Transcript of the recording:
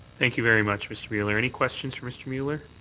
thank you very much, mr. mueller. any questions for mr. mueller?